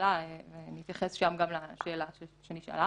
הממשלה ונתייחס שם גם לשאלה שנשאלה.